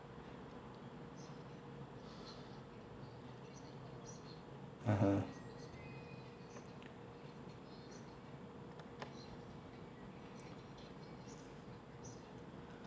(uh huh)